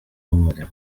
n’umurimo